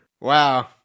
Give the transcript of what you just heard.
Wow